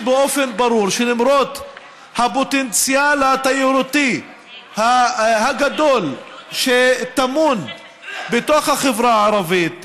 באופן ברור שלמרות הפוטנציאל התיירותי הגדול שטמון בחברה הערבית,